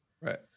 Right